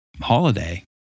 holiday